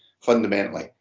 fundamentally